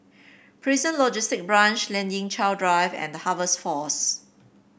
Prison Logistic Branch Lien Ying Chow Drive and The Harvest Force